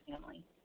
family